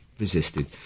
Resisted